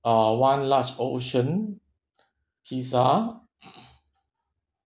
a one large ocean pizza